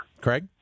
Craig